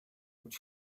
would